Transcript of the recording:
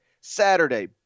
Saturday